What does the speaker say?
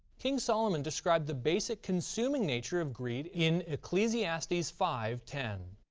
king solomon described the basic consuming nature of greed. in ecclesiastes five ten.